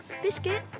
biscuit